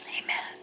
amen